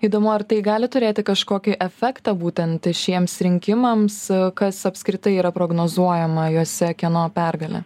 įdomu ar tai gali turėti kažkokį efektą būtent šiems rinkimams kas apskritai yra prognozuojama juose kieno pergalė